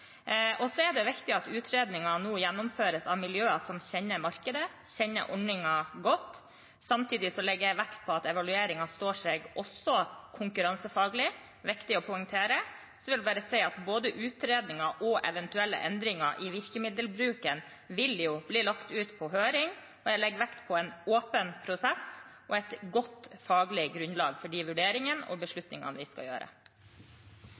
Så er det viktig at utredningen nå gjennomføres av miljøer som kjenner markedet og kjenner ordningen godt. Samtidig legger jeg vekt på at evalueringen står seg konkurransefaglig – det er viktig å poengtere. Og så vil jeg si at både utredningen og eventuelle endringer i virkemiddelbruken vil bli lagt ut på høring. Jeg legger vekt på en åpen prosess og et godt faglig grunnlag for de vurderingene og beslutningene vi skal gjøre.